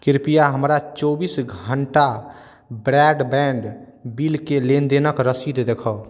कृपया हमरा चौबीस घण्टा ब्रॉडबैण्ड बिलके लेनदेनके रसीद देखाउ